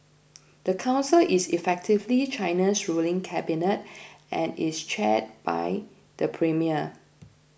the council is effectively China's ruling cabinet and is chaired by the premier